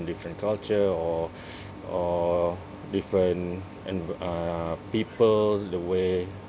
different culture or or different en~ uh people the way